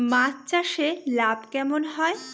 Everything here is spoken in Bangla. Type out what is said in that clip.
মাছ চাষে লাভ কেমন হয়?